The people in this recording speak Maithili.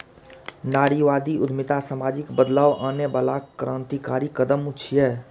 नारीवादी उद्यमिता सामाजिक बदलाव आनै बला क्रांतिकारी कदम छियै